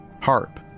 harp